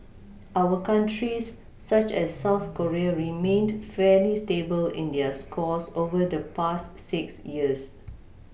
our countries such as south Korea remained fairly stable in their scores over the past six years